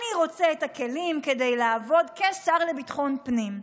אני רוצה את הכלים כדי לעבוד כשר לביטחון פנים.